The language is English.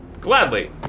Gladly